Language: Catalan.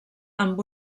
amb